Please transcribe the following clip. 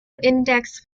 index